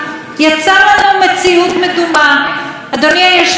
אדוני היושב-ראש, שוויון יש לנו במדינה?